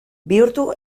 bihurtu